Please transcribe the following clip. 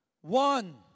One